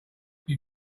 you